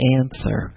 answer